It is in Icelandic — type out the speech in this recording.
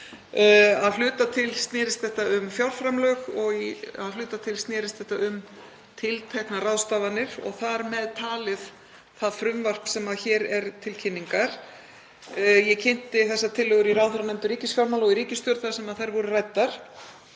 Að hluta til snerist þetta um fjárframlög og að hluta til um tilteknar ráðstafanir og þar með talið það frumvarp sem hér er til kynningar. Ég kynnti þessar tillögur í ráðherranefnd um ríkisfjármál og í ríkisstjórn þar sem þær voru ræddar.